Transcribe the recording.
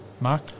Mark